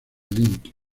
link